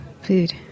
food